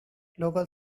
local